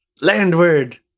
Landward